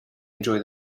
enjoy